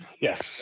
Yes